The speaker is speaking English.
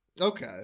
Okay